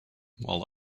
while